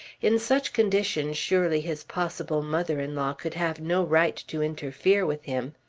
in such condition surely his possible mother-in-law could have no right to interfere with him.